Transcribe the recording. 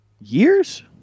years